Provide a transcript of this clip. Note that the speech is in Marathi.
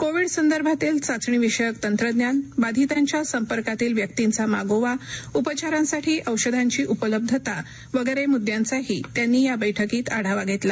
कोविड संदर्भातील चाचणी विषयक तंत्रज्ञान बाधितांच्या संपर्कातील व्यक्तींचा मागोवा उपचारांसाठी औषधांची उपलब्धता वगैरे मुद्द्यांचाही त्यांनी या बैठकीत आढावा घेतला